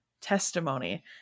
testimony